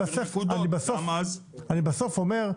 אני אומר,